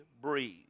breathe